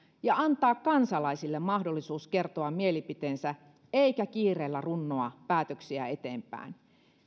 ja antaa kansalaisille mahdollisuus kertoa mielipiteensä eikä kiireellä runnoa päätöksiä eteenpäin